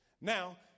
Now